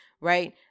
right